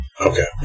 Okay